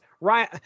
Ryan